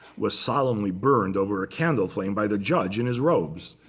was solemnly burned over a candle flame by the judge in his robes.